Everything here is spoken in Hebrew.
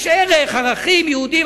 יש ערך, ערכים יהודיים.